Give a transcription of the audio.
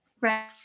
Right